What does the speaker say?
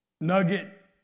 Nugget